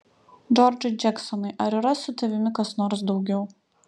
džordžai džeksonai ar yra su tavimi kas nors daugiau